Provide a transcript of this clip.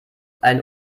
einen